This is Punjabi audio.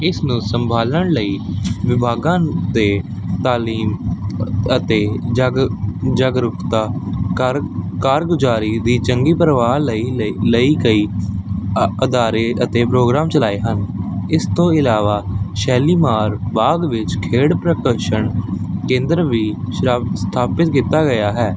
ਇਸ ਨੂੰ ਸੰਭਾਲਣ ਲਈ ਵਿਭਾਗਾਂ ਦੇ ਤਾਲੀਮ ਅਤੇ ਜਗ ਜਾਗਰੁਕਤਾ ਕਾਰ ਕਾਰਗੁਜ਼ਾਰੀ ਦੀ ਚੰਗੀ ਪਰਵਾਹ ਲਈ ਲਈ ਗਈ ਅ ਅਦਾਰੇ ਅਤੇ ਪ੍ਰੋਗਰਾਮ ਚਲਾਏ ਹਨ ਇਸ ਤੋਂ ਇਲਾਵਾ ਸ਼ੈਲੀ ਮਾਰ ਬਾਗ ਵਿੱਚ ਖੇਡ ਪ੍ਰੀਕਸ਼ਣ ਕੇਂਦਰ ਵੀ ਸਰਾ ਸਥਾਪਿਤ ਕੀਤਾ ਗਿਆ ਹੈ